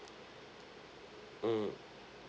mm